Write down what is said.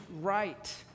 right